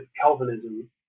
Calvinism